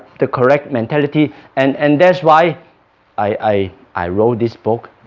the correct mentality and and that's why i i wrote this book,